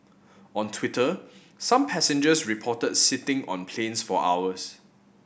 on Twitter some passengers reported sitting on planes for hours